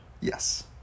yes